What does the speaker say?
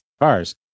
cars